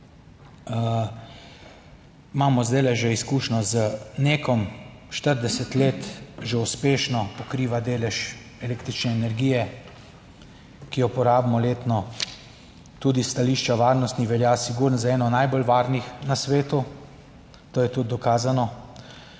imamo zdaj že izkušnjo z NEK. 40 let že uspešno pokriva delež električne energije, ki jo porabimo letno, tudi s stališča varnosti velja sigurno za eno najbolj varnih na svetu, to je tudi dokazano